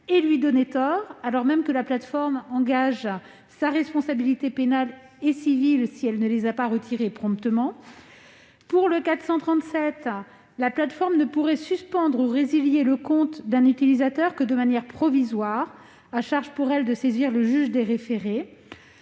et lui donner tort, alors même que la plateforme engage sa responsabilité pénale et civile si elle ne retire pas promptement ces contenus. Si l'amendement n° 437 était retenu, la plateforme ne pourrait suspendre ou résilier le compte d'un utilisateur que de manière provisoire, à charge pour elle de saisir le juge des référés.